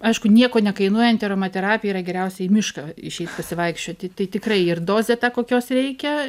aišku nieko nekainuojanti aromaterapija yra geriausia į mišką išeit pasivaikščioti tai tikrai ir dozė ta kokios reikia